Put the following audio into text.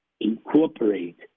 incorporate